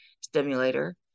stimulator